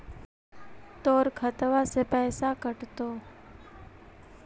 तोर खतबा से पैसा कटतो?